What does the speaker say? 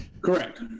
Correct